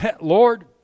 Lord